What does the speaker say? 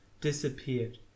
disappeared